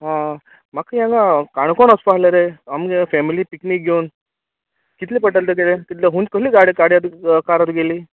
आ म्हाक ह्यांगां काणकोण वोसपा आल्हें रे आमगे फॅमली पिकनीक घेवन कितले पडटले तेजे रे कितले खूंय कसली गाडी काडी आं तुग कार हां तुगेली